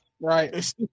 Right